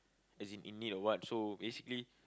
as in in need or what so basically